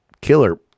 killer